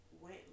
went